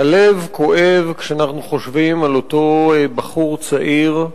הלב כואב כשאנחנו חושבים על אותו בחור צעיר,